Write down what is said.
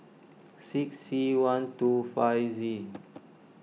six C one two five Z